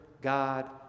God